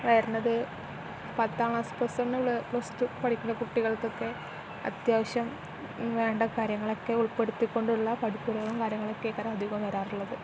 വരുന്നത് പത്താം class plus one plus two പഠിക്കുന്ന കുട്ടികൾകൊക്കെ അത്യാവശ്യം വേണ്ട കാര്യങ്ങളൊക്കെ ഉൾപ്പെടുത്തിക്കൊണ്ടുള്ള കരിക്കുലവും അധികം വരാറുള്ളത്